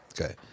okay